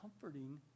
comforting